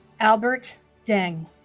albert deng